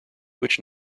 which